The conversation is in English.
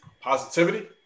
Positivity